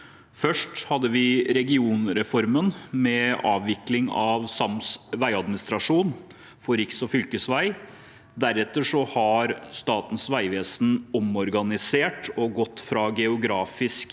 i studieprogramma med avvikling av sams veiadministrasjon for riks- og fylkesvei. Deretter har Statens vegvesen omorganisert og gått fra geografisk